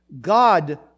God